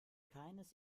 keines